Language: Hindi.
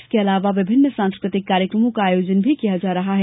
इसके अलावा विभिन्न सांस्कृतिक कार्यक्रम का आयोजन भी किया जाएगा